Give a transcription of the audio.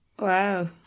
Wow